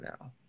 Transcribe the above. now